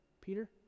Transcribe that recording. Peter